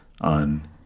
on